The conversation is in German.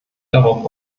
darauf